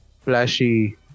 flashy